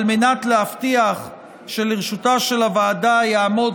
על מנת להבטיח שלרשותה של הוועדה יעמוד